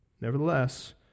Nevertheless